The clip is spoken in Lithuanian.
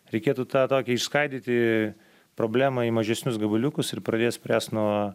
reikėtų tą tokią išskaidyti problemą į mažesnius gabaliukus ir pradėt spręst nuo